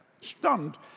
stunned